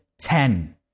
Ten